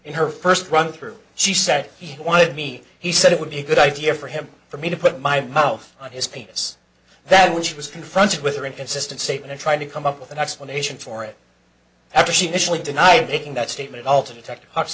in her first run through she said she wanted me he said it would be a good idea for him for me to put my mouth on his penis that which he was confronted with or inconsistent statement or trying to come up with an explanation for it after she initially denied taking that statement all to detect hu